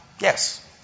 yes